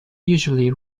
usually